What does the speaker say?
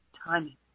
timing